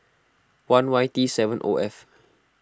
one Y T seven O F